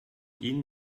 ihnen